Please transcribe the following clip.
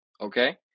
okay